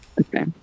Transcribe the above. Okay